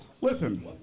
Listen